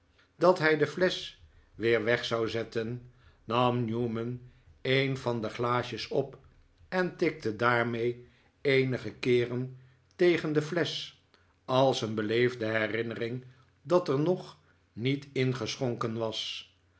dat hij de flesch weer weg zou zetten nam newman een van de glaasjes op en tikte daarmee eenige keeren tegen de flesch als een beleefde herinnering dat er nog niet ingeschonken was